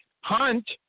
Hunt